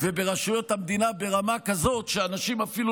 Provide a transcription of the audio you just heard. וברשויות המדינה ברמה כזאת שאנשים אפילו